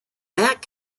back